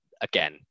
again